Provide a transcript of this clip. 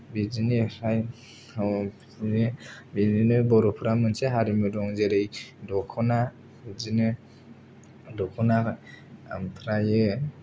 बिदिनिफ्राय बिदिनो बर'फोरा मोनसे हारिमु दं जेरै दखना बिदिनो दखना ओमफ्रायो